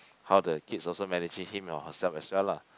how the kids also managing him or herself as well lah